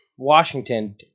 Washington